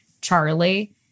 Charlie